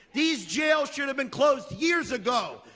these jails should have been closed years ago.